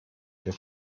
der